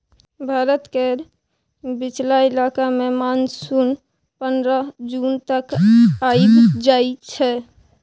भारत केर बीचला इलाका मे मानसून पनरह जून तक आइब जाइ छै